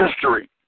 history